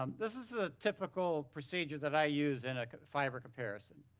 um this is a typical procedure that i used in fiber comparison.